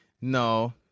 No